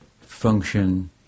function